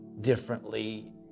differently